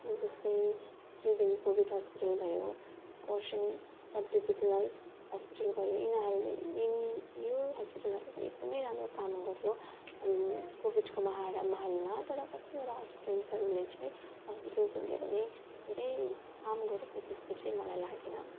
जस्तै Triveni covid hospital भयो Kurseong sub divisional hospital भयो यिनीहरूले यिनी यो हस्पिटलहरूले एकदमै राम्रो काम गर्यो कोविडको महामहारीमा तर कतिवटा हस्पिटल्सहरूले चाहिँ हस्पिटल्सहरूले पनि धेरै काम गरेको जस्तो चाहिँ मलाई लागेन